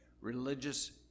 religious